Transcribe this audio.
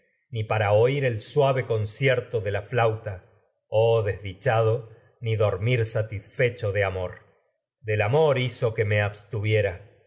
ni para oír concierto de de el suave la flauta oh desdichado ni dor del amor mir satisfecho amor del amor hizo que me abstuviera